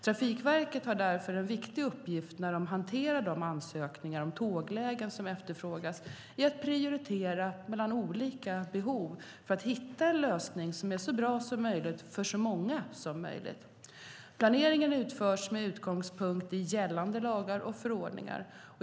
Trafikverket har därför en viktig uppgift när det hanterar de ansökningar om tåglägen som efterfrågas i att prioritera mellan olika behov för att hitta en lösning som är så bra som möjligt för så många som möjligt. Planeringen utförs med utgångspunkt i gällande lagar och förordningar.